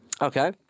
Okay